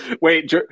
Wait